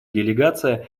делегация